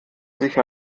sich